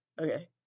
Okay